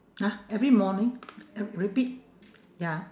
!huh! every morning uh repeat ya